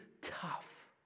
tough